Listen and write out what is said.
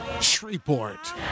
Shreveport